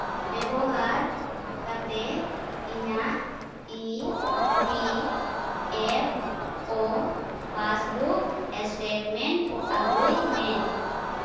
ᱵᱮᱵᱚᱦᱟᱨ ᱠᱟᱛᱮ ᱤᱧᱟᱹᱜ E P F O passbook statement ᱟᱹᱜᱩᱭ ᱢᱮ